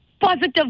Positive